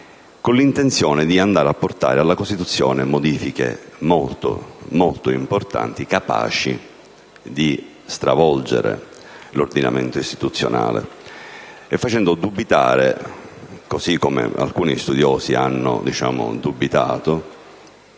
con l'intenzione di andare a portare alla Costituzione modifiche molto, molto importanti e capaci di stravolgere l'ordinamento istituzionale. Come è accaduto ad alcuni studiosi, sorge il